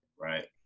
Right